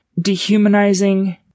dehumanizing